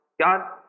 God